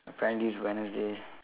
apparent this Wednesday